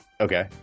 Okay